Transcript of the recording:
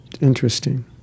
Interesting